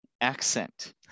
accent